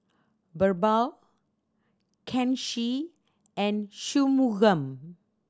Birbal Kanshi and Shunmugam